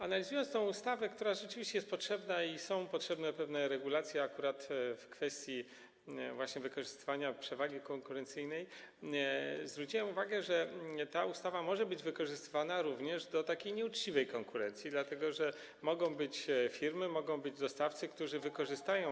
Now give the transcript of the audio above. Analizując tę ustawę, która rzeczywiście jest potrzebna, bo są potrzebne pewne regulacje akurat właśnie w kwestii wykorzystywania przewagi konkurencyjnej, zwróciłem uwagę, że ta ustawa może być wykorzystywana również do stosowania nieuczciwej konkurencji, dlatego że mogą być firmy, mogą być dostawcy, którzy to wykorzystają.